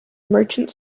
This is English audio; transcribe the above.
merchant